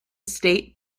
state